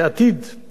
לפני הבחירות,